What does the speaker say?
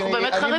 אנחנו באמת חרדים.